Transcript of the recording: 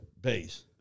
base